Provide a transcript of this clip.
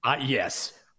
yes